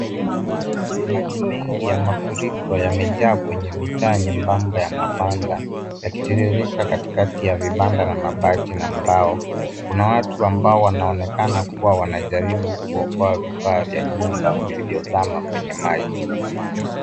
Maji mengi ya mafuriko yamejaa kwenye mitaa nyembamba ya mabanda yakitiririka kati ya vibanda na mabati na mbao. Kuna watu ambao wanaonekana kuwa wanajaribu kuokoa vifaa vya nyunba vilivyozama kwenye maji.